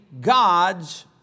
God's